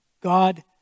God